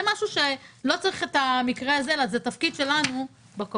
זה משהו שלא צריך את המקרה הזה אלא זה תפקיד שלנו בקואליציה,